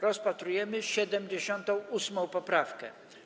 Rozpatrujemy 78. poprawkę.